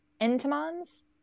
Entomans